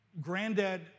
Granddad